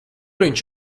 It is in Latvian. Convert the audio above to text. viņš